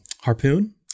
harpoon